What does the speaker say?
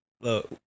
Look